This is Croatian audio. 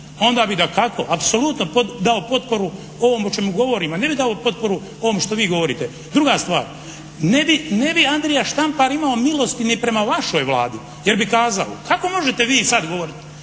onda bi dakako apsolutno dao potporu ovomu o čemu govorim, a ne bih dao potporu ovom što vi govorite. Druga stvar, ne bi Andrija Štampar imao milosti ni prema vašoj Vladi jer bi kazao, kako možete vi sada govoriti